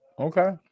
Okay